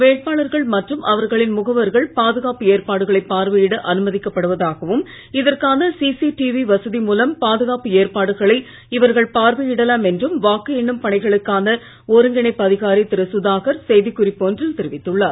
வேட்பாளர்கள் மற்றும் அவர்களின் முகவர்கள் பாதுகாப்பு ஏற்பாடுகளை பார்வையிட அனுமதிக்கப்படுவதாகவும் இதற்கான சிசிடிவி வசதி மூலம் பாதுகாப்பு ஏற்பாடுகளை இவர்கள் பார்வையிடலாம் என்றும் வாக்கு எண்ணும் பணிகளுக்கான ஒருங்கிணைப்பு அதிகாரி திரு சுதாகர் செய்திக் குறிப்பு ஒன்றில் தெரிவித்துள்ளார்